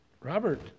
Robert